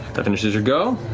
that finishes your go.